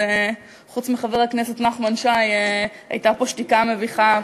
שחוץ מחבר הכנסת נחמן שי הייתה פה שתיקה מביכה.